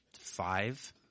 five